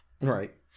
Right